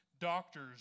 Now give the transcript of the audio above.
doctors